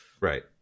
right